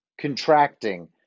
contracting